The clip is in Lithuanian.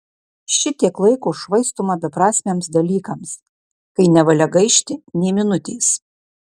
šitiek laiko švaistoma beprasmiams dalykams kai nevalia gaišti nė minutės